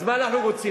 אז מה אנחנו רוצים?